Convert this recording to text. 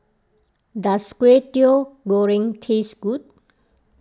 does Kway Teow Goreng taste good